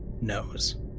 knows